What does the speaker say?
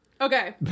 Okay